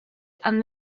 and